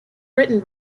written